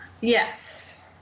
Yes